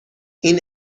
این